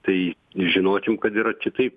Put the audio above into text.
tai žinokim kad yra kitaip